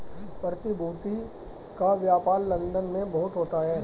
प्रतिभूति का व्यापार लन्दन में बहुत होता है